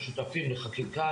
אנחנו שותפים לחקיקה,